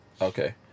Okay